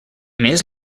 més